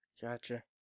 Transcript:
Gotcha